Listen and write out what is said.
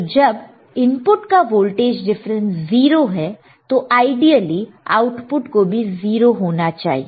तो जब इनपुट का वोल्टेज डिफरेंस 0 है तो आईडीअली आउटपुट को भी 0 होना चाहिए